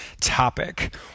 topic